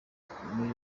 muri